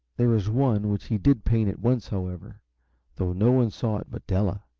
there was one which he did paint at once, however though no one saw it but della.